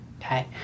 Okay